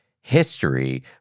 history